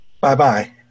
Bye-bye